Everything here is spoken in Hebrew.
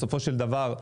בסופו של דבר,